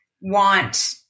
want